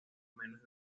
menos